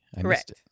Correct